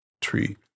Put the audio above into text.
tree